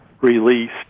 released